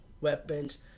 weapons